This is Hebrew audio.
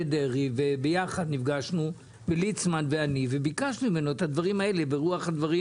הוא לא הסכים, אם הוא היה מסכים כל הבעיות